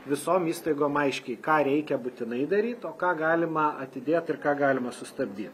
visom įstaigom aiškiai ką reikia būtinai daryt o ką galima atidėt ir ką galima sustabdyt